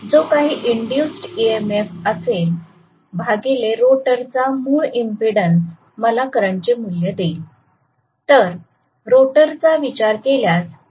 जो काही induced E M F असेल भागिले रोटर चा मूळ इंपीडन्स मला करंटचे मूल्य देईल